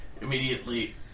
immediately